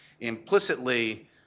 implicitly